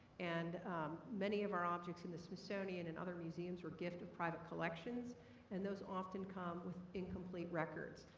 and many of our objects in the smithsonian and other museums were gifts of private collections and those often come with incomplete records.